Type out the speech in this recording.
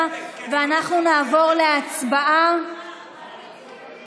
נתן לעורכי הדין שלו,